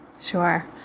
Sure